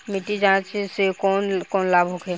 मिट्टी जाँच से कौन कौनलाभ होखे?